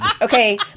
Okay